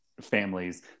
families